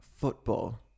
Football